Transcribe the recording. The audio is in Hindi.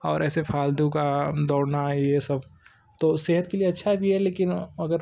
और ऐसे फ़ालतू का दौड़ना ये सब तो सेहत के लिए अच्छा भी है लेकिन अगर